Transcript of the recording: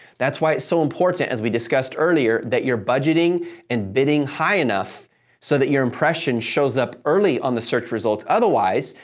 that's why it's so important, as we discussed earlier, that you're budgeting and bidding high enough so that your impression shows up early on the search results, otherwise,